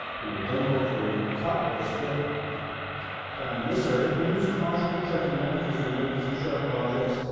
we will then look for a cut or a split down in this area. you and use caution when checking that because there may be some sharp objects